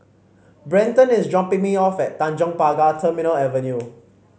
Brenton is dropping me off at Tanjong Pagar Terminal Avenue